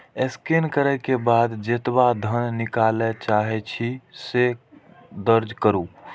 scan करै के बाद जेतबा धन निकालय चाहै छी, से दर्ज करू